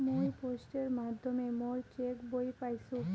মুই পোস্টের মাধ্যমে মোর চেক বই পাইসু